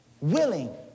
Willing